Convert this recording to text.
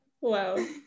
Wow